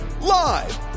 live